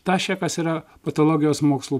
ptašekas yra patologijos mokslų